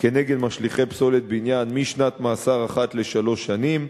כנגד משליכי פסולת בניין משנת מאסר אחת לשלוש שנים.